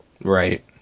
Right